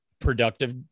productive